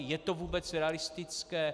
Je to vůbec realistické?